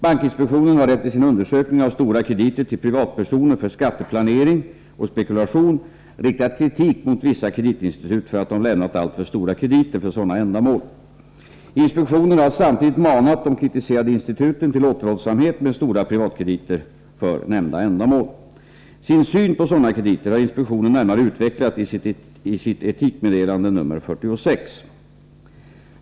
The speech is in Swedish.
Bankinspektionen har efter sin undersökning av stora krediter till privatpersoner för skatteplanering och spekulation riktat kritik mot vissa kreditinstitut för att de lämnat alltför stora krediter för sådana ändamål. Inspektionen har samtidigt manat de kritiserade instituten till återhållsamhet med stora privatkrediter för nämnda ändamål. Sin syn på sådana krediter har inspektionen närmare utvecklat i sitt etikmeddelande nr 46.